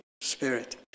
Spirit